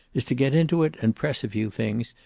is to get into it and press a few things,